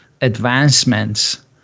advancements